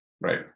right